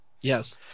Yes